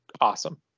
awesome